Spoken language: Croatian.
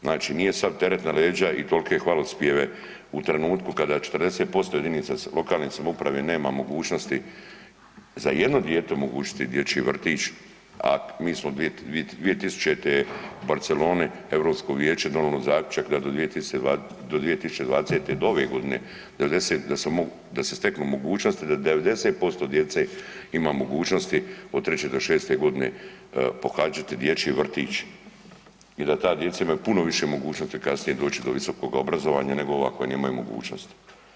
Znači nije sad teret na leđa i tolike hvalospjeve u trenutku kada 40% jedinica lokalne samouprave nema mogućnosti za jednu dijete omogućiti dječji vrtić, a mi smo 2000. u Barceloni, Europsko vijeće je donijelo zaključak da do 2020., ove godine, da se steknu mogućnosti da 90% djece ima mogućnosti od 3. do 6. g. pohađati dječji vrtić i da ta djeca imaju puno više mogućnosti kasnije doći do visokoga obrazovanja nego ova koja nemaju mogućnosti.